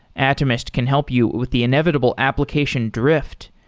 atomist can help you with the inevitable application drift,